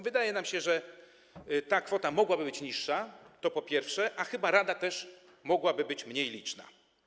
Wydaje nam się, że ta kwota mogłaby być niższa, po pierwsze, a chyba rada też mogłaby być mniej liczna.